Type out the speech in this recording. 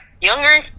younger